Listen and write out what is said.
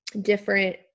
different